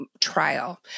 trial